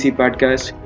podcast